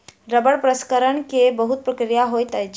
रबड़ प्रसंस्करण के बहुत प्रक्रिया होइत अछि